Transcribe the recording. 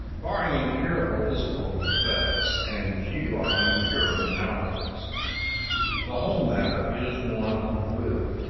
barring incurable physical defects and few are incurable nowadays the whole matter is one of will.